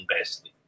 best